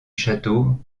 château